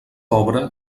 obra